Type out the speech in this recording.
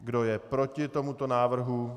Kdo je proti tomuto návrhu?